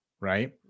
Right